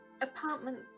Apartment